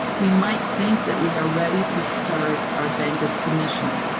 we might think that we are ready to start our bankit submission,